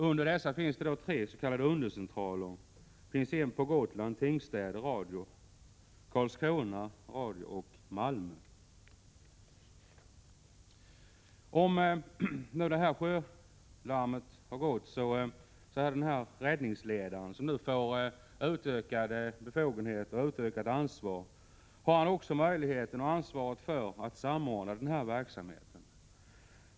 Vidare finns tre s.k. undercentraler: en på Gotland — Tingstäde radio — samt en i Karlskrona och en i Malmö. När sjölarmet gått får räddningsledaren, som då erhåller utökade befogenheter, möjlighet att och ansvar att samordna verksamheten.